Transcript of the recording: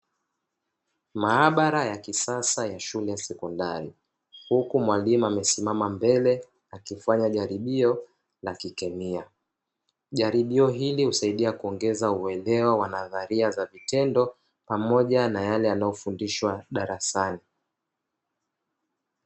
Maabara ya kisasa ya shule ya sekondari, huku mwalimu amesimama mbele akifanya jaribio la kikemia. Jaribio hili husaidia kuongeza uelewa wa nadharia za vitendo, pamoja na yale yanayofundishwa darasani.